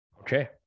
Okay